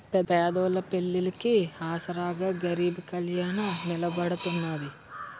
పేదోళ్ళ పెళ్లిళ్లికి ఆసరాగా గరీబ్ కళ్యాణ్ నిలబడతాన్నది